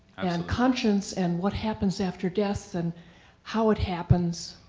and conscience and what happens after death, and how it happens,